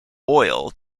oil